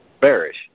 bearish